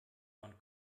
man